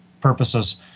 purposes